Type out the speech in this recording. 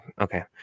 Okay